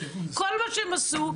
כל מה שהם עשו,